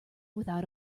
without